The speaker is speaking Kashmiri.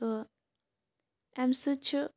تہٕ امہِ سۭتۍ چھِ